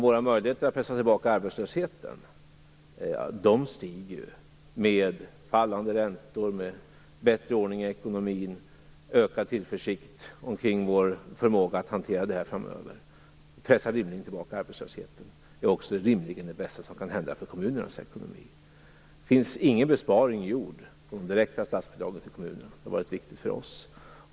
Våra möjligheter att pressa tillbaka arbetslösheten stiger ju med fallande räntor, med bättre ordning i ekonomin och med ökad tillförsikt omkring vår förmåga att hantera det här framöver. Det pressar rimligen tillbaka arbetslösheten. Det är också rimligen det bästa som kan hända för kommunernas ekonomi. Det är ingen besparing gjord på de direkta statsbidragen till kommunerna. Det har varit viktigt för oss.